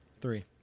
Three